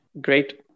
Great